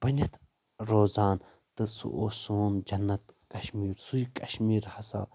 بٔنتھ روزان تہٕ سُہ اوس سون جنت کشمیٖر سُے کشمیٖر ہسا